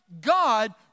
God